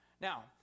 Now